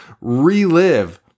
relive